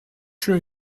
sure